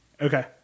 Okay